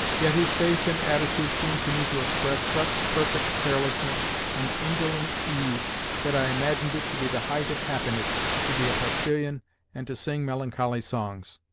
yet his face and attitude seemed to me to express such perfect carelessness and indolent ease that i imagined it to be the height of happiness to be a postillion and to sing melancholy songs.